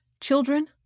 Children